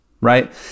right